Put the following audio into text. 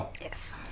Yes